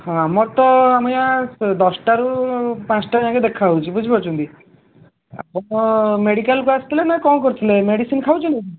ହଁ ଆମର ତ ଆମେ ୟା ଦଶଟାରୁ ପାଞ୍ଚଟା ଯାଏଁକେ ଦେଖା ହେଉଛି ବୁଝିପାରୁଛନ୍ତି ଆପଣ ମେଡ଼ିକାଲ୍କୁ ଆସିଥିଲେ ନା କ'ଣ କରୁଥିଲେ ମେଡ଼ିସିନ୍ ଖାଉଛନ୍ତି